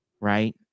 right